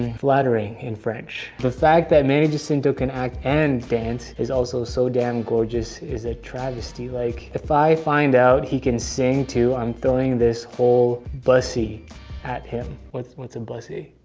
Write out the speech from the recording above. flattering in french. the fact that manny jacinto can act and dance, is also so damn gorgeous is a travesty, like, if i find out he can sing too, i'm throwing this whole bussy at him. what's a and bussy?